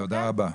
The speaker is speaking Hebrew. תודה רבה.